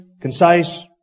concise